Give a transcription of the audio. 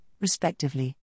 respectively